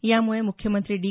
यामुळे मुख्यमंत्री डी